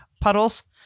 puddles